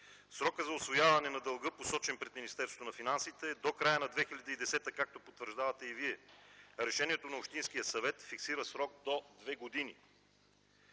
Срокът за усвояване на дълга, посочен пред Министерството на финансите, е до края на 2010 г., както потвърждавате и Вие, а решението на Общинския съвет фиксира срок до две години.